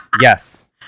Yes